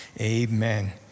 Amen